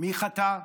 מי חטף?